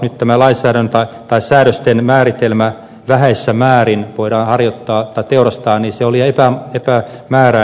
nyt tämä säädösten määritelmä että vähäisessä määrin voidaan teurastaa oli epämääräinen